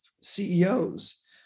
CEOs